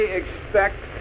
expect